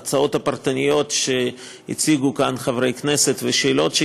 אני רוצה לברך את חברותי חברות הכנסת מירב בן ארי ושלי יחימוביץ,